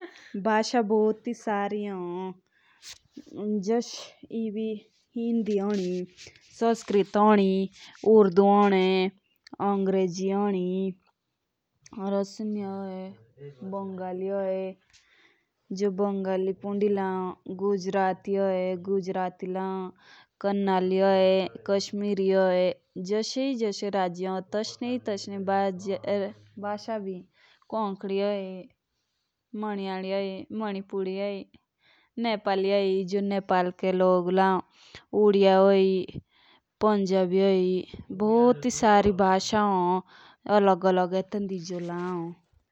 भासा बहुत सारी होन जस एभी हिंदी होई तो हिंदी भारत की सबसे बढ़िया भासा होई। संस्कृत हो, अंग्रेजी हो, बांग्ला हो, तमिल हो, तेलुगु हो, कश्मीरी हो, नेपाली हो, बिहारी हो, हिमाचली हो, हरियाणवी हो। या भूति सारी भासाए माननीय।